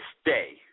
stay